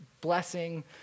blessing